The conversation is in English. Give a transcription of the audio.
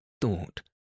thought